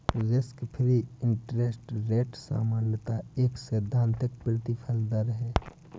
risk free interest rate सामान्यतः एक सैद्धांतिक प्रतिफल दर है